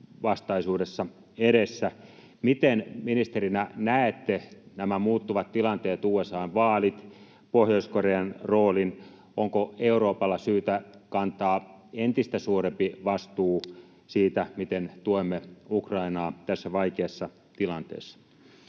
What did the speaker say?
vastaisuudessa edessä. Miten ministerinä näette nämä muuttuvat tilanteet, USA:n vaalit, Pohjois-Korean roolin? Onko Euroopan syytä kantaa entistä suurempi vastuu siitä, miten tuemme Ukrainaa tässä vaikeassa tilanteessa?